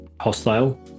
Hostile